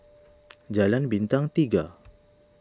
Jalan Bintang Tiga